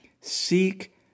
seek